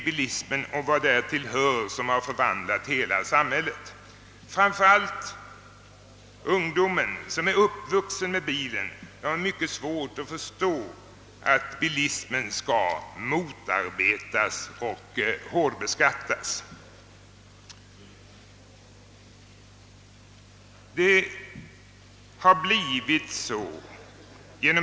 Bilismen och vad därtill hör har förvandlat hela samhället, och framför allt ungdomen, som är uppvuxen med bilen, har svårt att förstå att bilismen skall motarbetas och hårdbeskattas.